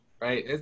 right